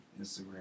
Instagram